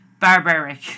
barbaric